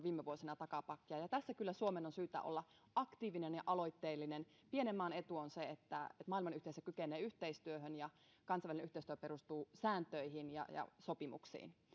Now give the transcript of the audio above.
viime vuosina takapakkia ja tässä kyllä suomen on syytä olla aktiivinen ja aloitteellinen pienen maan etu on se että maailmanyhteisö kykenee yhteistyöhön ja kansainvälinen yhteistyö perustuu sääntöihin ja sopimuksiin